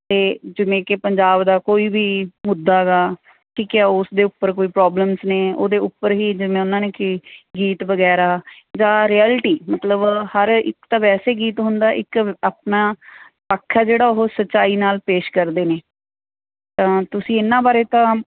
ਅਤੇ ਜਿਵੇਂ ਕਿ ਪੰਜਾਬ ਦਾ ਕੋਈ ਵੀ ਮੁੱਦਾ ਗਾ ਕਿ ਕਿਆ ਉਸ ਦੇ ਉੱਪਰ ਕੋਈ ਪ੍ਰੋਬਲਮਸ ਨੇ ਉਹਦੇ ਉੱਪਰ ਹੀ ਜਿਵੇਂ ਉਹਨਾਂ ਨੇ ਕਿ ਗੀਤ ਵਗੈਰਾ ਜਾਂ ਰਿਐਲਿਟੀ ਮਤਲਬ ਹਰ ਇੱਕ ਤਾਂ ਵੈਸੇ ਗੀਤ ਹੁੰਦਾ ਇੱਕ ਆਪਣਾ ਪੱਖ ਆ ਜਿਹੜਾ ਉਹ ਸੱਚਾਈ ਨਾਲ ਪੇਸ਼ ਕਰਦੇ ਨੇ ਤਾਂ ਤੁਸੀਂ ਇਹਨਾਂ ਬਾਰੇ ਤਾਂ